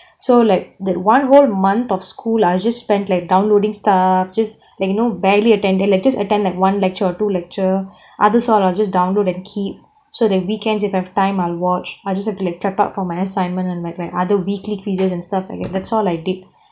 so like that one whole month of school I just spent like downloading stuff just like you know barely attend and I just attend like one lecture or two lecture others all I'll just download and keep so that weekends if I have time I'll watch I just have to like prepare up for my assignment and like my other weekly quizzes and stuff like that that's all I did